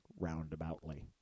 roundaboutly